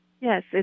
Yes